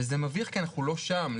וזה מביך כי אנחנו לא שם.